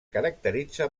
caracteritza